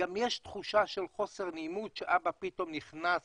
גם יש תחושה של חוסר נעימות שאבא פתאום נכנס